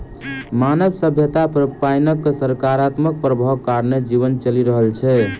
मानव सभ्यता पर पाइनक सकारात्मक प्रभाव कारणेँ जीवन चलि रहल छै